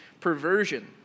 perversion